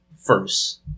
first